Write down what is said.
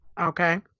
Okay